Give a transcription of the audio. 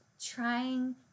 Trying